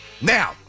Now